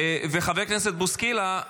חבר הכנסת בוסקילה,